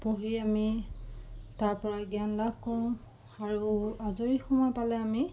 পঢ়ি আমি তাৰ পৰা জ্ঞান লাভ কৰোঁ আৰু আজৰি সময় পালে আমি